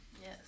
Yes